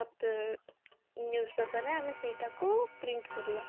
news ପେପର୍ରେ ଆମେ ସେଇଟାକୁ ପ୍ରିଣ୍ଟ କରିବା